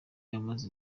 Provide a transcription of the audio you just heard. amaze